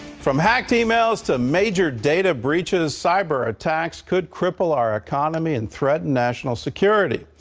from hacked e-mails to major data breaches, cyber attacks could cripple or economy and threaten national security.